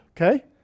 okay